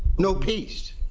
no peace.